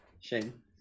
Shame